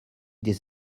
des